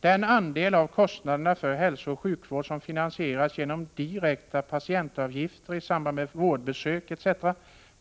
Den andel av kostnaderna för hälsooch sjukvård som finansieras genom direkta patientavgifter i samband med vårdbesök etc.